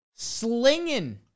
slinging